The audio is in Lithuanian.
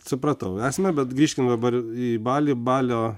supratau esmę bet grįžkim dabar į balį balio